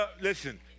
Listen